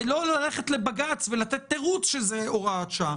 ולא ללכת לבג"ץ ולתת תירוץ שזה הוראת שעה.